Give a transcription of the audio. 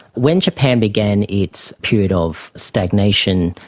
when japan began its period of stagnation,